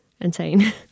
insane